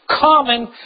common